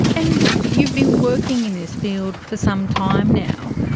and you've been working in this field for some time now.